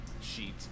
sheet